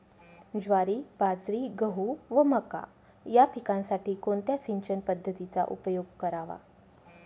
ज्वारी, बाजरी, गहू व मका या पिकांसाठी कोणत्या सिंचन पद्धतीचा उपयोग करावा?